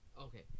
okay